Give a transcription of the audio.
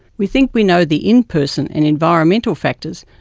we think we know the in-person and environmental factors,